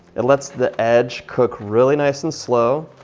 it lets the edge cook really nice and slow.